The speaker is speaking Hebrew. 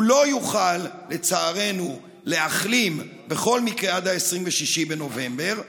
הוא לא יוכל לצערנו להחלים בכל מקרה עד 26 בנובמבר,